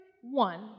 one